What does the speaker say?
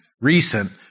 recent